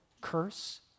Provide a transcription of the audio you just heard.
curse